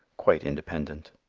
quite independent.